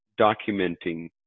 documenting